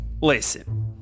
Listen